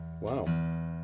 Wow